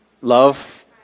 Love